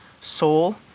soul